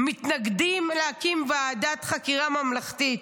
מתנגדים להקים ועדת חקירה ממלכתית.